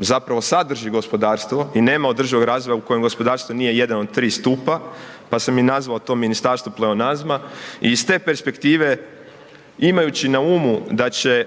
zapravo sadrži gospodarstvo i nema održivog razvoja u kojem gospodarstvo nije jedan od tri stupa pa sam i nazvao to ministarstvo pleonazma i iz te perspektive imajući na umu da će